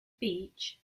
beach